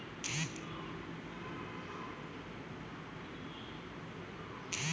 কচু শাকে প্রচুর পরিমাণে ভিটামিন এ থাকায় রাতকানা রোগ প্রতিরোধে করতে এটি অত্যন্ত উপকারী